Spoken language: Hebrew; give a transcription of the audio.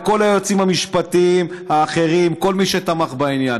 לכל היועצים המשפטיים האחרים ולכל מי שתמך בעניין.